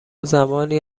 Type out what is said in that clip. زمانی